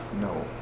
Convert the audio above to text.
No